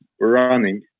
running